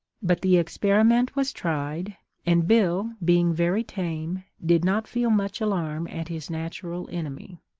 but the experiment was tried and bill, being very tame, did not feel much alarm at his natural enemy.